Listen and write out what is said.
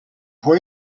può